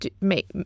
make